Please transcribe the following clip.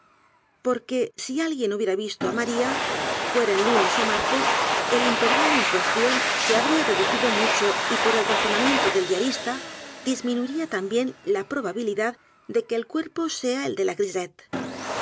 porque si alguien hubiera visto á maría fuera en lunes ó m a r t e s el intervalo en cuestión se habría reducido mucho y p o r el razonamiento del diarista disminuiría también la probabilidad de que el cuerpo sea el de la